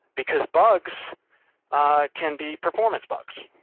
because bugs can be performance bugs.